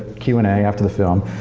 q and a after the film,